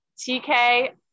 TK